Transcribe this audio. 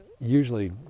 usually